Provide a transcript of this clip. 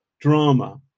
drama